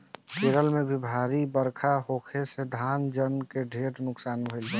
केरल में भारी बरखा होखे से धन जन के ढेर नुकसान भईल बा